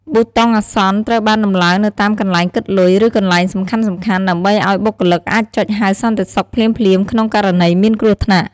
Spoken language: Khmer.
ប៊ូតុងអាសន្ន ត្រូវបានដំឡើងនៅតាមកន្លែងគិតលុយ ឬកន្លែងសំខាន់ៗ ដើម្បីឱ្យបុគ្គលិកអាចចុចហៅសន្តិសុខភ្លាមៗក្នុងករណីមានគ្រោះថ្នាក់។